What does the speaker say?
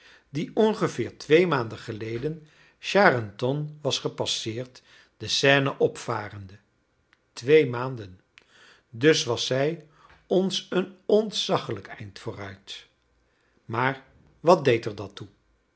die ongeveer twee maanden geleden charenton was gepasseerd de seine opvarende twee maanden dus was zij ons een ontzaglijk eind vooruit maar wat deed er dat toe